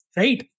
right